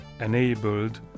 enabled